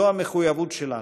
זו המחויבות שלנו,